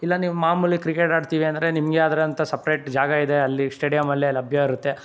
ಇಲ್ಲ ನೀವು ಮಾಮೂಲಿ ಕ್ರಿಕೆಟ್ ಆಡ್ತೀವಿ ಅಂದರೆ ನಿಮಗೆ ಆದಂಥ ಸಪ್ರೇಟ್ ಜಾಗ ಇದೆ ಅಲ್ಲಿ ಸ್ಟೇಡಿಯಂ ಅಲ್ಲಿ ಲಭ್ಯ ಇರುತ್ತೆ